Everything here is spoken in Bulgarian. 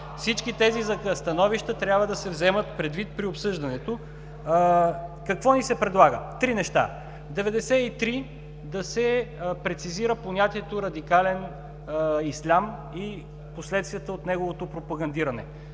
Всички тези становища трябва да се вземат предвид при обсъждането. Какво ни се предлага? Три неща: в чл. 93 да се прецизира понятието „радикален ислям“ и последствията от неговото пропагандиране.